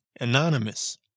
anonymous